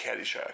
Caddyshack